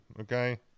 okay